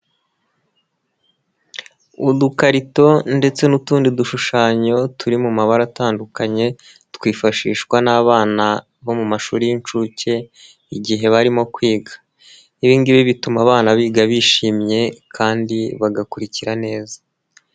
Udukarito ndetse n'utundi dushushanyo turi mu mabara atandukanye ,twifashishwa n'abana bo mu mashuri y'inshuke igihe barimo kwiga. Ibingibi bituma abana biga bishimye kandi bagakurikira neza.